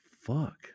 fuck